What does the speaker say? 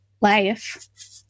life